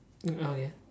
oh ya